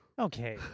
Okay